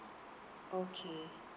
okay